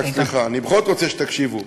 אני בכל זאת רוצה שתקשיבו.